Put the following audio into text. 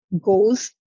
goes